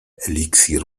eliksir